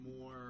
more